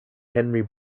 henry